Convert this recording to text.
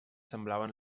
semblaven